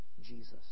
Jesus